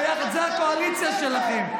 זו הקואליציה שלכם.